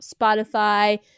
Spotify